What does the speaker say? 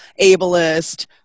ableist